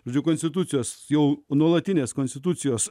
dvi konstitucijos jau nuolatinės konstitucijos